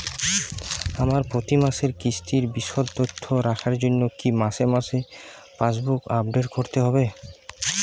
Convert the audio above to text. আমার প্রতি মাসের কিস্তির বিশদ তথ্য রাখার জন্য কি মাসে মাসে পাসবুক আপডেট করতে হবে?